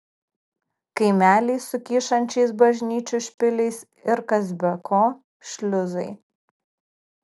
kaimeliai su kyšančiais bažnyčių špiliais ir kas be ko šliuzai